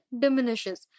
diminishes